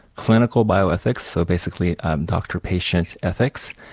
clinical bioethics, so basically doctor-patient ethics,